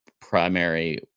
primary